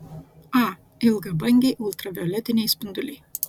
a ilgabangiai ultravioletiniai spinduliai